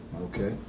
Okay